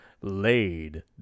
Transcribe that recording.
Laid